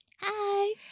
Hi